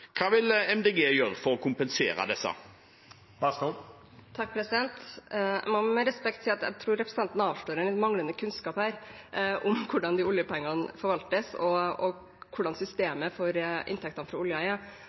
Hva vil Miljøpartiet De Grønne gjøre for å kompensere for det? Jeg må med respekt si at jeg tror representanten her avslører manglende kunnskap om hvordan oljepengene forvaltes, og hvordan systemet for inntektene fra oljen er.